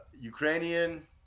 Ukrainian